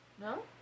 No